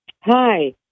Hi